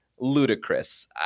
ludicrous